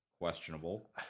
Questionable